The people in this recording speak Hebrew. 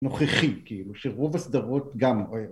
נוכחי כאילו שרוב הסדרות גם